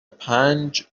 پنج